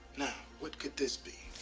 what could this be?